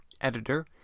editor